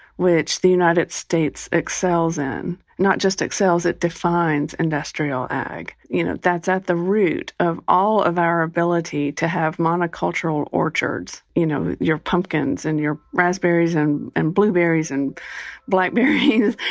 which the united states excels in. not just excels, it defines industrial ag. you know that's at the root of all of our ability to have monocultural orchards. you know your pumpkins, and your raspberries, and and blueberries, and blackberries.